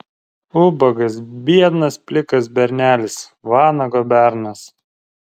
ubagas biednas plikas bernelis vanago bernas